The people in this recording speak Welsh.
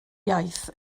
iaith